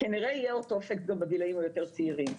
כנראה יהיה אותו אפקט גם בגילים היותר צעירים.